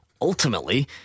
Ultimately